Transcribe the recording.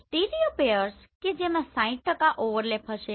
stereo pairs કે જેમાં 60 overlap હશે